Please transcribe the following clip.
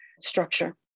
structure